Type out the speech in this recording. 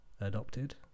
adopted